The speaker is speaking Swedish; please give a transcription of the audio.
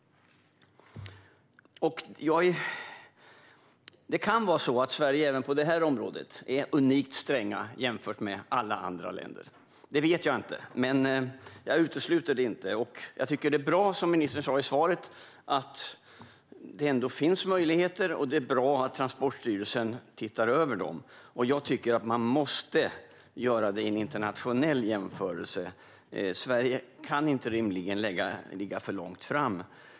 Det kan vara så att Sverige även på det här området är unikt strängt jämfört med alla andra länder. Det vet jag inte, men jag utesluter det inte. Det är bra som ministern sa i svaret att det ändå finns möjligheter, och det är bra att Transportstyrelsen tittar över dem. Man måste göra det i en internationell jämförelse. Sverige kan inte rimligen ligga för långt fram.